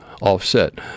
offset